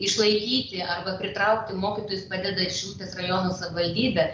išlaikyti arba pritraukti mokytojus padeda šilutės rajono savivaldybė